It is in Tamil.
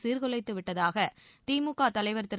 சீர்குலைத்துவிட்டதாக திமுக தலைவர் திரு